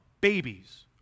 babies